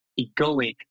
egoic